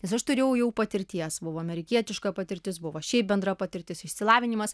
nes aš turėjau jau patirties buvo amerikietiška patirtis buvo šiaip bendra patirtis išsilavinimas